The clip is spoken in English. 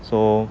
so